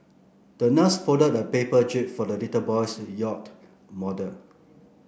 the nurse folded a paper jib for the little boy's yacht model